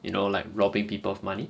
you know like robbing people of money